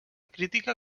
crítica